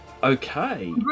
okay